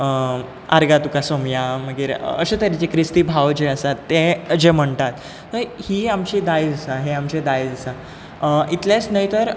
आर्गां तुका सोमया मागीर अशे तरेचे क्रिस्ती भाव जे आसात ते जे म्हणटात ही आमची दायज हें आमचें दायज आसा इतलेंच न्हय तर